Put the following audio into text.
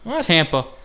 Tampa